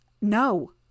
No